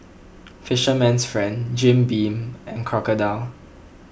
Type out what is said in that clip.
Fisherman's Friend Jim Beam and Crocodile